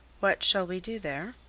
what shall we do there?